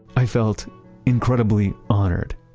i felt incredibly honored.